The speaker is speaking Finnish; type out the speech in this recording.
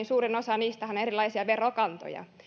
suurin osa niistähän on erilaisia verokantoja